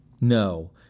No